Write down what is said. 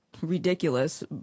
ridiculous